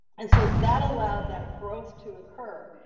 and so that allowed that growth to occur.